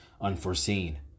unforeseen